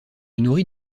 nourrit